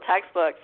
textbooks